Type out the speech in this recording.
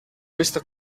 questa